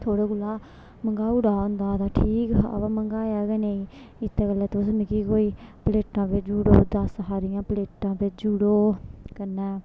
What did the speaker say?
थुआड़े कोलां मंगाऊ उड़ां तां ठीक अवा मंगाया गै नी इस्सै गल्ला तुस मिगी कोई प्लेटां भेजी उड़ो दस हारियां प्लेटां भेजी उड़ो कन्नै